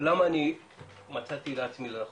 למה אני מצאתי לעצמי לנכון?